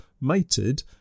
mated